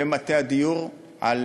ומטה הדיור, על